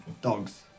Dogs